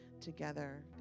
together